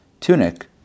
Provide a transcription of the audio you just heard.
tunic